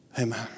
Amen